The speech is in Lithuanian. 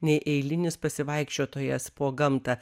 nei eilinis pasivaikščitojas po gamtą